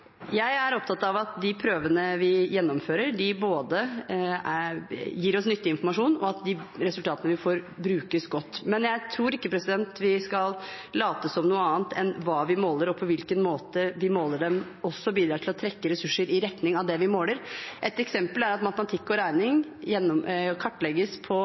Jeg er opptatt av at de prøvene vi gjennomfører, både gir oss nyttig informasjon og at de resultatene vi får, brukes godt. Men jeg tror ikke vi skal late som noe annet enn at hva vi måler, og på hvilken måte vi måler det på, bidrar til å trekke ressurser i retning av det vi måler. Et eksempel er at matematikk og regning kartlegges